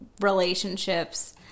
relationships